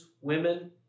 women